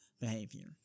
behavior